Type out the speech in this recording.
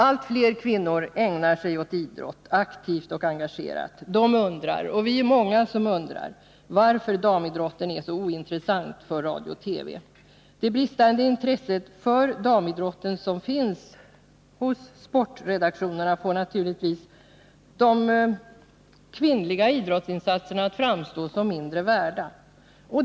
Allt fler kvinnor ägnar sig aktivt och engagerat åt idrott. De och många med dem undrar varför damidrotten är så ointressant för radio och TV. Det bristande intresset för damidrotten hos sportredaktionerna får naturligtvis de kvinnliga idrottsinsatserna att framstå som mindre värda.